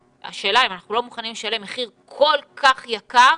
השאלה היא האם אנחנו מוכנים לשלם מחיר כל כך יקר